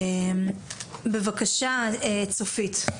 בבקשה צופית.